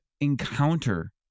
encounter